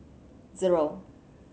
zero